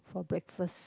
for breakfast